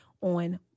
on